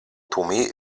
tomé